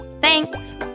Thanks